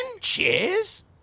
Cheers